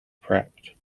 prepped